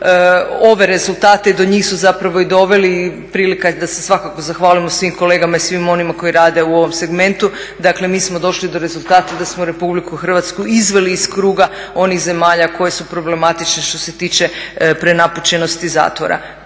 ove rezultate i do njih su zapravo i doveli i prilika je da se svakako zahvalimo svim kolegama i svim onima koji rade u ovom segmentu. Dakle, mi smo došli do rezultata da smo RH izveli iz kruga onih zemalja koje su problematične što se tiče prenapučenosti zatvora.